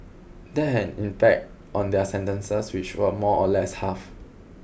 that had an impact on their sentences which were more or less halved